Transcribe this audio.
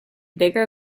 bigger